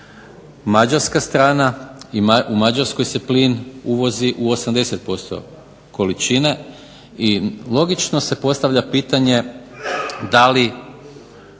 Mađarska strana, u Mađarskoj se plin uvozi u 80% količine i logično se postavlja pitanje da li